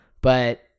But-